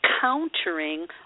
countering